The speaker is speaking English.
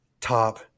top